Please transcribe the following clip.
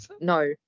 no